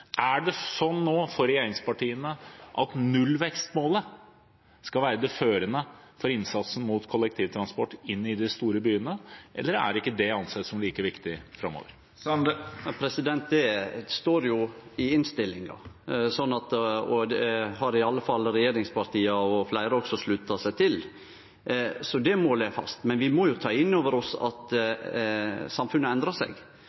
Er det sånn nå for regjeringspartiene at nullvekstmålet skal være det førende for innsatsen når det gjelder kollektivtransport i de store byene, eller er ikke det å anse som like viktig framover? Det står jo i innstillinga, og det har i alle fall regjeringspartia, og fleire, slutta seg til, så det målet ligg fast. Men vi må ta inn over oss at samfunnet endrar seg.